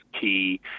key